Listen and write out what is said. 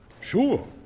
Sure